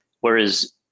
Whereas